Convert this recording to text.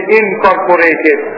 incorporated